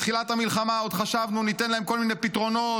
בתחילת המלחמה עוד חשבנו שניתן להם כל מיני פתרונות,